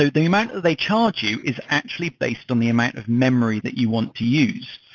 ah the amount that they charge you is actually based on the amount of memory that you want to use.